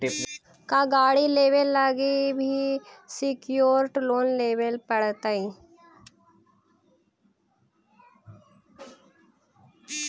का गाड़ी लेबे लागी भी सेक्योर्ड लोन लेबे पड़तई?